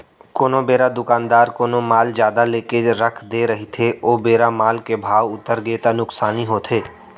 कोनो बेरा दुकानदार कोनो माल जादा लेके रख दे रहिथे ओ बेरा माल के भाव उतरगे ता नुकसानी होथे